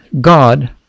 God